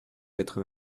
quatre